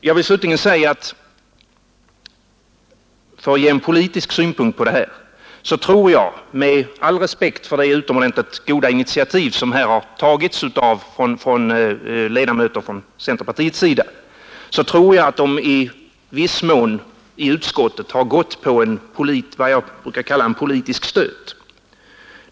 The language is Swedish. Jag vill slutligen, för att ge en politisk synpunkt på det här, säga att med all respekt för det utomordentligt goda initiativ som här har tagits av ledamöter från centerpartiet tror jag att de i utskottet i viss mån har gått på vad jag brukar kalla en politisk stöt.